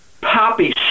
poppy